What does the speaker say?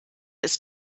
ist